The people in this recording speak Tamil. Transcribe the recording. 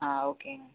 ஆ ஓகேங்க